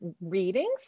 readings